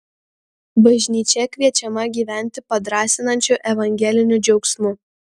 bažnyčia kviečiama gyventi padrąsinančiu evangeliniu džiaugsmu